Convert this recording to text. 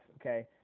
okay